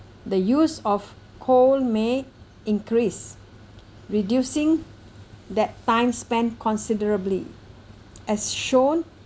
the use of coal may increase reducing that time span considerably as shown